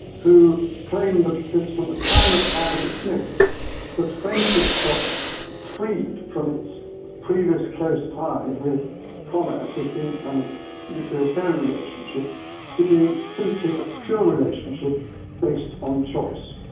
who claimed but that from the time of adam smith that friendship got freed from its previous close tie with commerce and being a kind of utilitarian relationship to be simply a pure relationship based on choice.